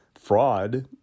fraud